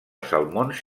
salmons